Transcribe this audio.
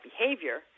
behavior